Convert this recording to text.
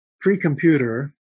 pre-computer